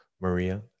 Maria